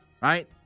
right